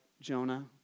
Jonah